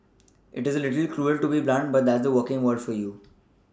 it is a little cruel to be blunt but that's the working world for you